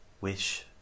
wish